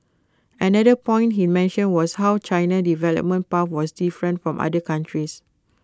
another point he mentioned was how China's development path was different from other countries